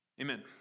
Amen